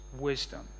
Wisdom